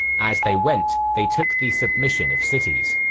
as they went they took the submission of cities.